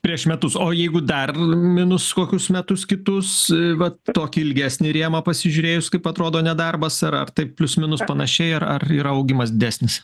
prieš metus o jeigu dar minus kokius metus kitus vat tokį ilgesnį rėmą pasižiūrėjus kaip atrodo nedarbas ar ar taip plius minus panašiai ar ar yra augimas didesnis